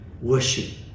worship